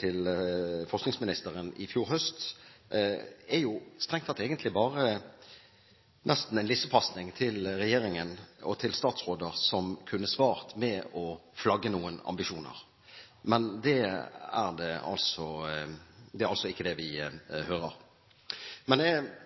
til forskningsministeren i fjor høst, er strengt tatt egentlig bare nesten en lissepasning til regjeringen og til statsråder som kunne svart med å flagge noen ambisjoner, men det er ikke det